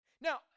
Now